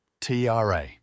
TRA